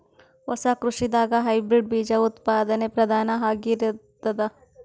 ಹೊಸ ಕೃಷಿದಾಗ ಹೈಬ್ರಿಡ್ ಬೀಜ ಉತ್ಪಾದನೆ ಪ್ರಧಾನ ಆಗಿರತದ